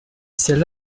celle